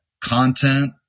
content